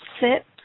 sit